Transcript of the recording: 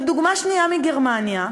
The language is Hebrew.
ודוגמה שנייה מגרמניה.